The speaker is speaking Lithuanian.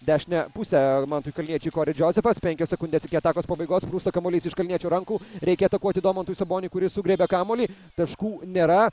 dešinę pusę mantui kalniečiui kori džozefas penkios sekundės iki atakos pabaigos sprūsta kamuolys iš kalniečio rankų reikia atakuoti domantui saboniui kuris sugriebė kamuolį taškų nėra